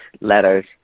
letters